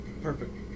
Perfect